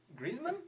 Griezmann